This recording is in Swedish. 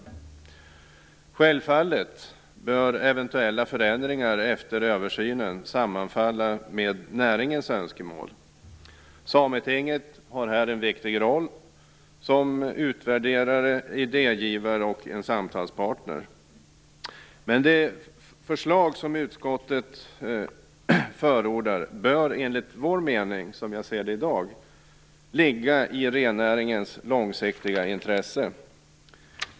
Självfallet bör eventuella förändringar efter översynen sammanfalla med näringens önskemål. Sametinget har här en viktig roll som utvärderare, idégivare och samtalspartner. Det förslag som utskottet förordar bör enligt vår mening ligga i rennäringens långsiktiga intresse.